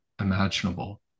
imaginable